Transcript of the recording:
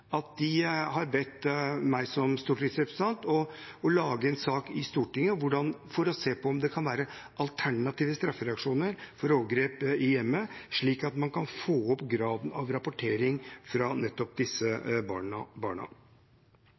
at de har bedt meg som stortingsrepresentant om å lage en sak i Stortinget for å se på om det kan være alternative straffereaksjoner for overgrep i hjemmet, slik at man kan få opp graden av rapportering fra nettopp disse barna.